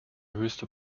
höchste